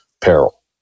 peril